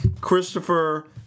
Christopher